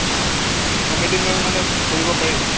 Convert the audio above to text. অঁ ফেমেলি লৈ মানে ফুৰিব পাৰি